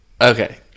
okay